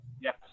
Yes